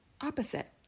opposite